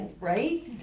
right